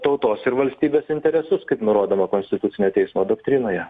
tautos ir valstybės interesus kaip nurodoma konstitucinio teismo doktrinoje